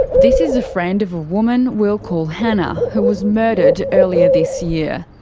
this is a friend of a woman we'll call hannah, who was murdered earlier this year.